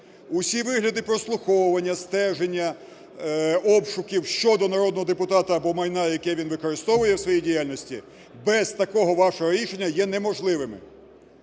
Усі вигляди прослуховування, стеження, обшуків щодо народного депутата або майна, яке він використовує в своїй діяльності, без такого вашого рішення є неможливими.